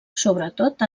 sobretot